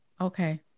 Okay